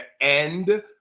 end